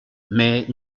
mais